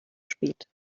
spät